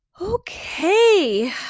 Okay